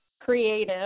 creative